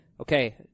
Okay